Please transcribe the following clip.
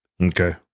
okay